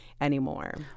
anymore